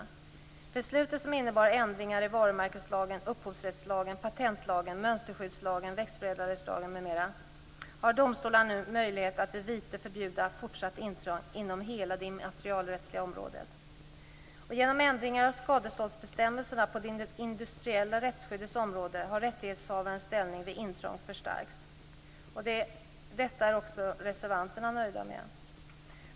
Genom beslutet, som innebar ändringar i varumärkeslagen, upphovsrättslagen, patentlagen, mönsterskyddslagen, växtförädlarlagen m.fl., har domstolarna nu möjlighet att vid vite förbjuda fortsatt intrång inom hela det immaterialrättsliga området. Genom ändringar av skadeståndsbestämmelserna på det industriella rättsskyddets område har rättighetshavarens ställning vid intrång förstärkts. Detta är också reservanterna nöjda med.